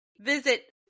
visit